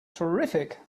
terrific